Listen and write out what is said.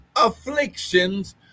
Afflictions